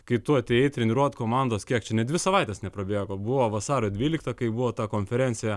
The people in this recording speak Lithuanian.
kai tu atėjai treniruot komandos kiek čia net dvi savaites neprabėgo buvo vasario dvylikta kai buvo ta konferencija